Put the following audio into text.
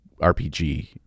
RPG